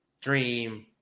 Dream